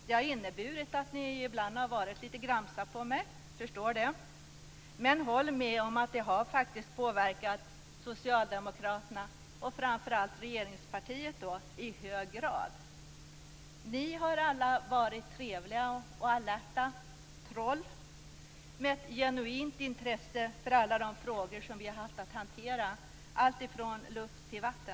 Det har inneburit att ni ibland har varit litet gramse på mig - jag förstår det - men håll med om att det faktiskt har påverkat regeringspartiet i hög grad. Ni har alla varit trevliga och alerta "troll" med ett genuint intresse för alla de frågor som vi har haft att hantera, allt från luft till vatten.